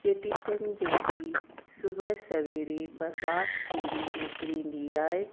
चेटीचंड जे ॾींहुं सुबुह सवेरे प्रभात फेरी निकिरंदी आहे